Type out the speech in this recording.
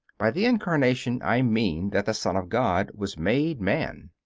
by the incarnation i mean that the son of god was made man.